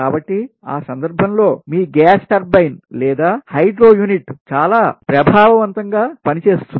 కాబట్టి ఆ సందర్భం లో మీ గ్యాస్ టర్బైన్ లేదా హైడ్రో యూనిట్ చాలా ప్రభావవంతంగా పని చేస్తుంది